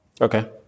Okay